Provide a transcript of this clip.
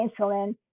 insulin